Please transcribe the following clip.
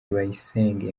bayisenge